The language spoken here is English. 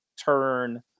turn